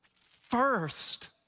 first